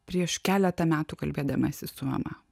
prieš keletą metų kalbėdamasi su mama